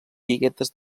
biguetes